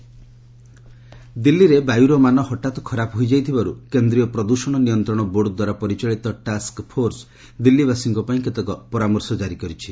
pollution Delhi ଦିଲ୍ଲୀରେ ବାୟୁର ମାନ ହଠାତ୍ ଖରାପ ହୋଇଯାଇଥିବାରୁ କେନ୍ଦ୍ରୀୟ ପ୍ରଦ୍ଷଣ ନିୟନ୍ତ୍ରଣ ବୋର୍ଡ ଦ୍ୱାରା ପରିଚାଳିତ ଟାସ୍କଫୋର୍ସ ଦିଲ୍ଲୀବାସୀଙ୍କ ପାଇଁ କେତେକ ପରାମର୍ଶ ଜାରି କରିଛି